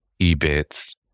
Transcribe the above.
EBITs